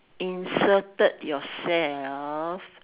inserted yourself